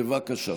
בבקשה.